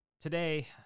Today